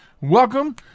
welcome